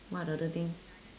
what other things